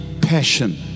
passion